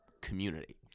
community